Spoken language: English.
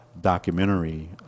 documentary